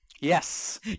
Yes